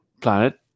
planet